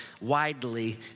widely